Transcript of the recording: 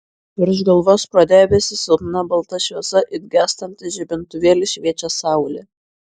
virš galvos pro debesis silpna balta šviesa it gęstantis žibintuvėlis šviečia saulė